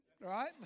right